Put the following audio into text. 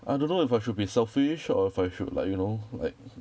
I don't know if I should be selfish or if I should like you know like